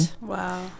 Wow